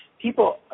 People